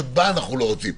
שבה אנו לא רוצים.